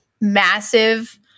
massive